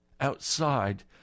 outside